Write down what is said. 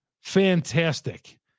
Fantastic